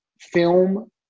film